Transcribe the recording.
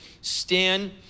stand